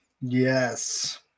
Yes